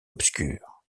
obscure